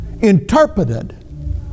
interpreted